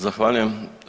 Zahvaljujem.